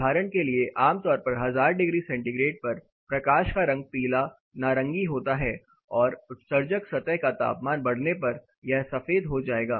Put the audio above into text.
उदाहरण के लिए आमतौर पर 1000 डिग्री सेंटीग्रेड पर प्रकाश का रंग पीला नारंगी होगा और उत्सर्जक सतह का तापमान बढ़ने पर यह सफेद हो जाएगा